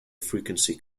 frequency